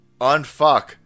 unfuck